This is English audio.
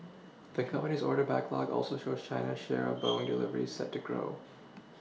the company's order backlog also shows China's share Boeing deliveries set to grow